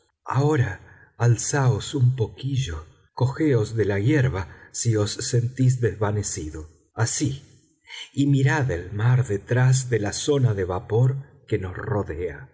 ahora alzaos un poquillo cogeos de la hierba si os sentís desvanecido así y mirad el mar detrás de la zona de vapor que nos rodea